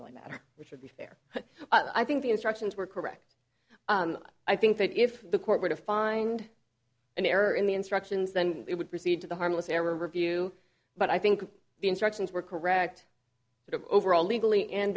really matter which would be fair but i think the instructions were correct i think that if the court were to find an error in the instructions then they would proceed to the harmless error review but i think the instructions were correct overall legally and